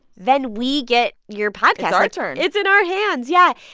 then we get your podcast our turn it's in our hands, yeah.